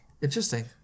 Interesting